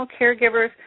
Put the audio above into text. caregivers